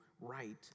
right